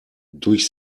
durch